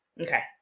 okay